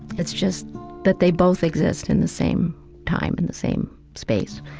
it's just that they both exist in the same time and the same space,